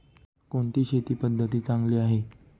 कोणती शेती पद्धती चांगली आहे?